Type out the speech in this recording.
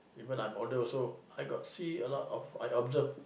even I'm older also I got see a lot of I observe